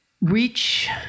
reach